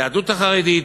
היהדות החרדית,